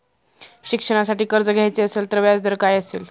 शिक्षणासाठी कर्ज घ्यायचे असेल तर व्याजदर काय असेल?